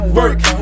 work